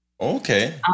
Okay